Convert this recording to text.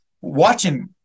watching